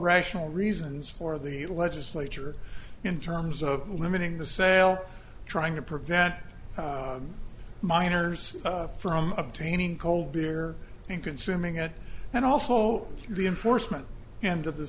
rational reasons for the legislature in terms of limiting the sale trying to prevent minors from obtaining cold beer and consuming it and also the enforcement and of the